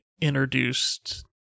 introduced